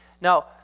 Now